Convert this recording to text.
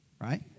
right